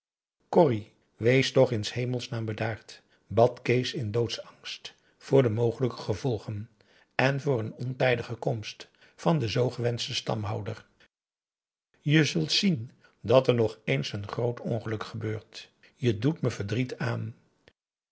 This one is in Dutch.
wees toch in s hemelsnaam bedaard bad kees in doodsangst voor de mogelijke gevolgen en voor een ontijdige komst van den zoo gewenschten stamhouder je zult zien dat er nog eens een groot ongeluk gebeurt je doet me verdriet aan